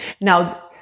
Now